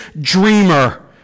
dreamer